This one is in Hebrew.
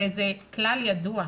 הרי זה כלל ידוע,